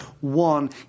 one